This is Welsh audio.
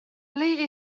ble